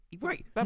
Right